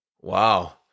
wow